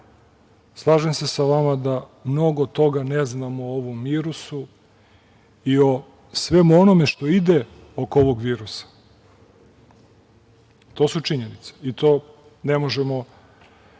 se sa vama da mnogo toga ne znamo o ovom virusu i o svemu onome što ide oko ovog virusa. To su činjenice i nema